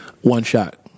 one-shot